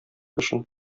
өчен